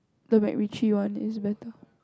the MacRitchie one is better